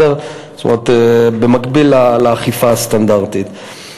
במקביל לאכיפה הסטנדרטית.